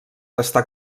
està